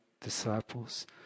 disciples